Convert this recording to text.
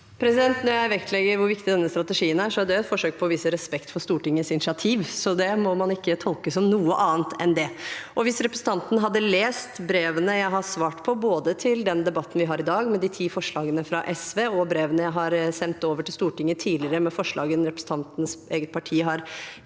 Når jeg vektleg- ger hvor viktig denne strategien er, er det et forsøk på å vise respekt for Stortingets initiativ, så det må man ikke tolke som noe annet enn det. Hvis representanten hadde lest brevene jeg har svart på, med tanke på den debatten vi har i dag og de ti forslagene fra SV, og brevene jeg har sendt over til Stortinget tidligere angående forslagene representantens eget parti har